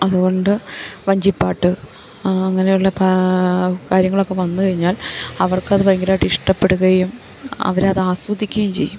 അതുകൊണ്ട് വഞ്ചിപ്പാട്ട് അങ്ങനെയുള്ള പ കാര്യങ്ങളൊക്കെ വന്ന് കഴിഞ്ഞാൽ അവർക്കത് ഭയങ്കരമായിട്ട് ഇഷ്ടപ്പെടുകയും അവരത് ആസ്വദിക്കുകയും ചെയ്യും അപ്പം